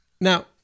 Now